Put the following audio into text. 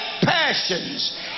passions